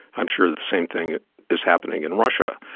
i'm sure the same thing is happening in russia.